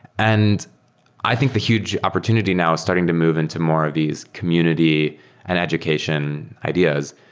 and i think the huge opportunity now starting to move into more of these community and education ideas,